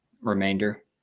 remainder